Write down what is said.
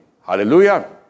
Hallelujah